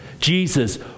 Jesus